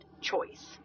choice